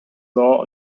law